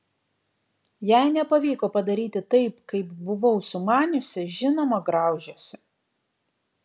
jei nepavyko padaryti taip kaip buvau sumaniusi žinoma graužiuosi